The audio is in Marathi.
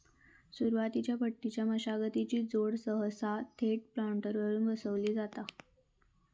सुरुवातीच्या पट्टीच्या मशागतीची जोड सहसा थेट प्लांटरवर बसवली जाता